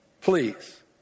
please